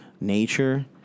nature